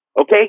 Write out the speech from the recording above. Okay